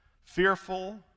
fearful